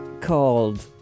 called